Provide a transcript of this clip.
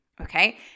Okay